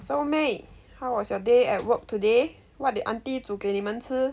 so may how was your day at work today what did auntie 煮给你们吃